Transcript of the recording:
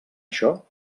això